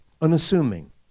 unassuming